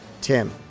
Tim